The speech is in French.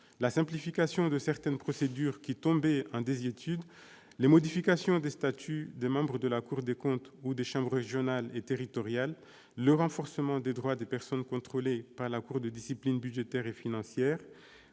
simplification de certaines procédures qui tombaient en désuétude, modifications des statuts des membres de la Cour ou des chambres régionales et territoriales des comptes, renforcement des droits des personnes contrôlées par la Cour de discipline budgétaire et financière,